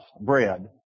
bread